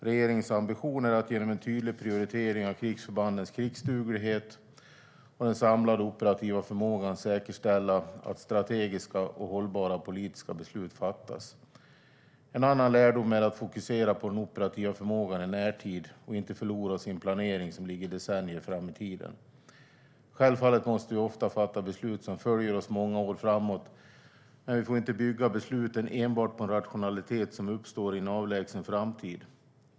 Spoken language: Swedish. Regeringens ambition är att genom en tydlig prioritering av krigsförbandens krigsduglighet och den samlade operativa förmågan säkerställa att strategiska och hållbara politiska beslut fattas. En annan lärdom är att fokusera på den operativa förmågan i närtid och att inte förlora oss i en planering som ligger decennier fram i tiden. Självfallet måste vi ofta fatta beslut som följer oss många år framåt, men vi får inte bygga besluten enbart på en rationalitet som uppstår i en avlägsen framtid.